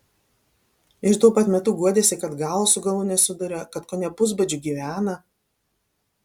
ir tuo pat metu guodėsi kad galo su galu nesuduria kad kone pusbadžiu gyvena